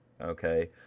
okay